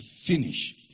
Finish